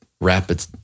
rapid